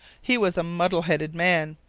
he was a muddle-headed man,